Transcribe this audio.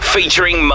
Featuring